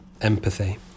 empathy